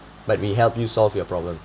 but we help you solve your problem